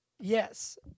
Yes